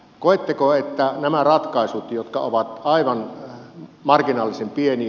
koetteko että nämä ratkaisut ovat aivan marginaalisen pieniä